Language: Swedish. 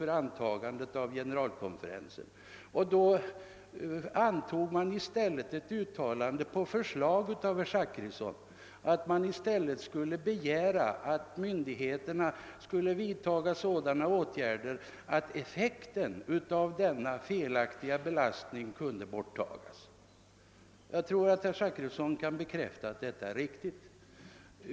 På inrådan av herr Zachrisson antog generalkonferensen i stället ett uttalande innebärande att man skulle begära sådana åtgärder från myndigheternas sida att effekten av denna felaktiga belastning kunde borttagas. Herr Zachrisson kan säkert bekräfta att detta är riktigt.